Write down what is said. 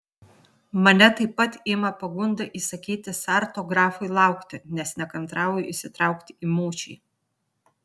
mane taip pat ima pagunda įsakyti sarto grafui laukti nes nekantrauju įsitraukti į mūšį